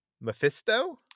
Mephisto